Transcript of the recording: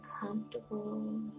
comfortable